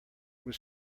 was